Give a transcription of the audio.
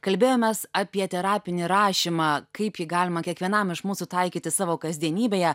kalbėjomės apie terapinį rašymą kaip jį galima kiekvienam iš mūsų taikyti savo kasdienybėje